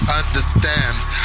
understands